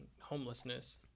homelessness